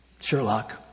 Sherlock